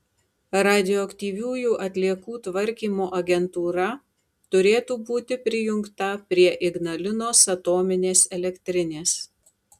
radioaktyviųjų atliekų tvarkymo agentūra turėtų būti prijungta prie ignalinos atominės elektrinės